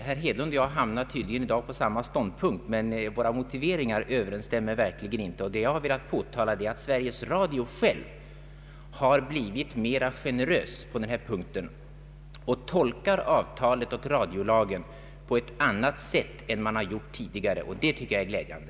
Herr Hedlund och jag intar i dag tydligen samma ståndpunkt, men våra motiveringar överensstämmer verkligen inte. Jag har velat framhäva att Sveriges Radio själv har blivit mer generös på denna punkt och tolkar avtalet med staten och radiolagen på ett annat sätt än tidigare. Det anser jag glädjande.